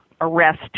arrest